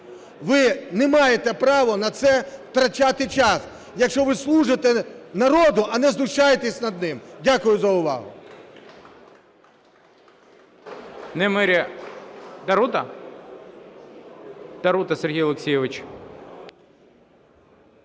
Ви не маєте право на це втрачати час, якщо ви служите народу, а не знущаєтесь над ним. Дякую за увагу.